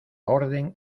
orden